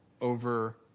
over